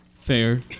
Fair